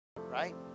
Right